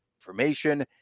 Information